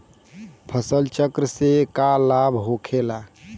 फसल चक्र से का लाभ होखेला?